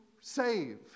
save